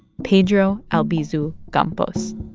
pedro albizu campos